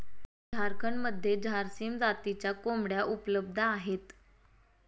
झारखंडमध्ये झारसीम जातीच्या कोंबड्या उपलब्ध आहेत